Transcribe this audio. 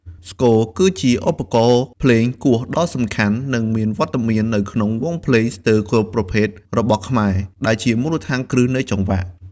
ស្គរ គឺជាឧបករណ៍ភ្លេងគោះដ៏សំខាន់ និងមានវត្តមាននៅក្នុងវង់ភ្លេងស្ទើរគ្រប់ប្រភេទរបស់ខ្មែរ ដែលជាមូលដ្ឋានគ្រឹះនៃចង្វាក់។